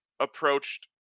approached